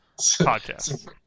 podcast